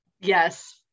yes